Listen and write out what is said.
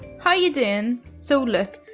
how are you doing? so look,